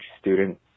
student